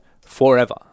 forever